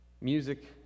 Music